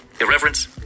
Irreverence